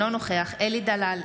אינו נוכח אלי דלל,